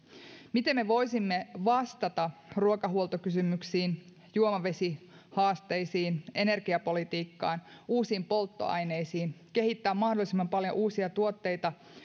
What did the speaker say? miten me voisimme vastata ruokahuoltokysymyksiin juomavesihaasteisiin energiapolitiikkaan uusiin polttoaineisiin kehittää mahdollisimman paljon uusia tuotteita